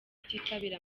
kutitabira